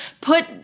put